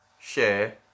share